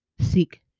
seek